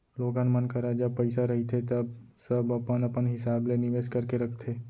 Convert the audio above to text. लोगन मन करा जब पइसा रहिथे तव सब अपन अपन हिसाब ले निवेस करके रखथे